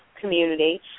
community